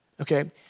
Okay